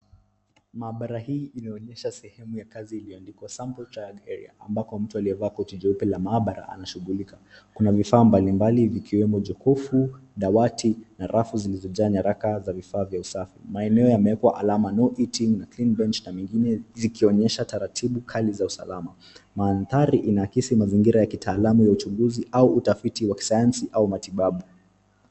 Mahabara hii inaonyesha sehemu ya kazi ilyoandikwa sample area ambapo mtu aliye vaa koti jeupe la mahabara anashughulika kuna vifaa mbali mbali vikiwemo jokofu dawati na rafu zilizo jaa nyaraka za vifaa vya usafi. Maeneo yamewekwa alama [ cs] no eating on the clean bench na alama nyingine zikionyesha taratibu kali za usalama madhari inaakisi mazingira ya kitaalamu ya uchunguzi au utafiti wa kisayansi au matibabu.